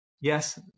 yes